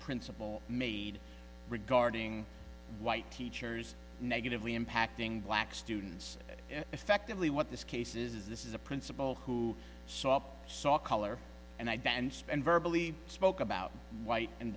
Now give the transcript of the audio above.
principal made regarding white teachers negatively impacting black students and effectively what this case is this is a principal who saw saw color and i danced and verbally spoke about white and